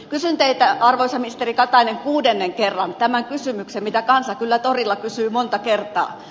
kysyn teiltä arvoisa ministeri katainen kuudennen kerran tämän kysymyksen mitä kansa kyllä torilla kysyy monta kertaa